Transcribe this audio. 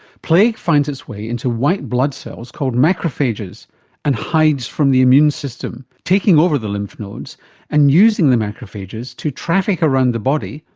plague finds its way into white blood cells called macrophages and hides from the immune system, taking over the lymph nodes and using the macrophages to traffic around the body,